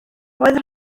oedd